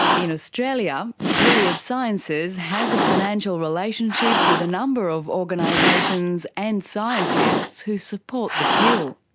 in australia, gilead sciences has a financial relationship with a number of organisations and scientists who support the pill.